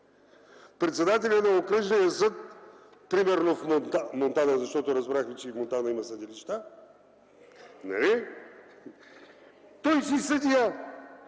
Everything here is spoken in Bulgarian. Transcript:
Председателят на окръжния съд, примерно в Монтана, защото разбрахме, че в Монтана има съдилища, той си е съдия!